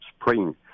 Spring